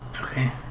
Okay